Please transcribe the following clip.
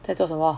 在做什么